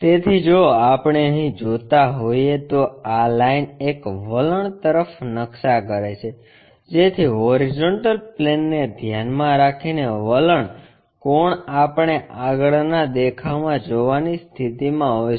તેથી જો આપણે અહીં જોતા હોઈએ તો આ લાઇન એક વલણ તરફ નકશા કરે છે જેથી હોરીઝોન્ટલ પ્લેનને ધ્યાનમાં રાખીને વલણ કોણ આપણે આગળના દેખાવમાં જોવાની સ્થિતિમાં હોઈશું